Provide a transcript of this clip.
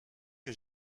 que